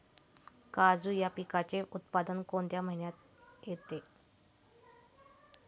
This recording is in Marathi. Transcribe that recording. काजू या पिकाचे उत्पादन कोणत्या महिन्यात येते?